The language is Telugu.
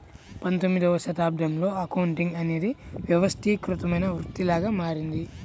పంతొమ్మిదవ శతాబ్దంలో అకౌంటింగ్ అనేది వ్యవస్థీకృతమైన వృత్తిలాగా మారింది